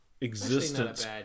existence